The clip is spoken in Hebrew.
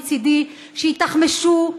מצדי שיְתַחְמְשוּ,